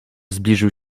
zbliżył